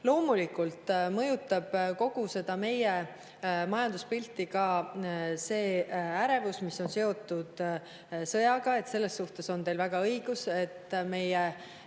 Loomulikult mõjutab kogu meie majanduspilti ka see ärevus, mis on seotud sõjaga. Selles suhtes on teil väga õigus, et